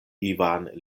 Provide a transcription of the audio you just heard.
ivan